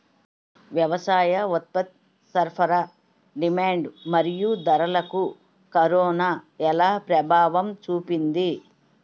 వ్యవసాయ ఉత్పత్తి సరఫరా డిమాండ్ మరియు ధరలకు కరోనా ఎలా ప్రభావం చూపింది